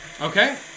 Okay